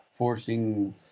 Forcing